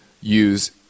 use